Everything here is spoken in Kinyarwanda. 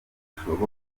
bishoboka